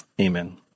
Amen